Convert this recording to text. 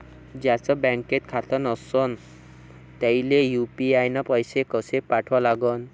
ज्याचं बँकेत खातं नसणं त्याईले यू.पी.आय न पैसे कसे पाठवा लागन?